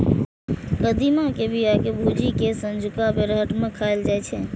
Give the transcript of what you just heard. कदीमा के बिया कें भूजि कें संझुका बेरहट मे खाएल जाइ छै